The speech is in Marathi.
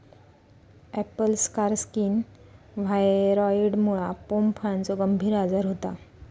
ॲपल स्कार स्किन व्हायरॉइडमुळा पोम फळाचो गंभीर आजार होता